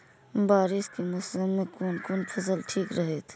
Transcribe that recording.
बारिश के मौसम में कोन कोन फसल ठीक रहते?